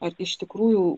ar iš tikrųjų